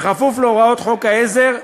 כפוף להוראות חוק העזר,